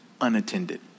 unattended